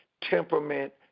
temperament